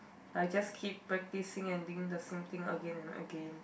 like just keep practicing and being the same thing again and again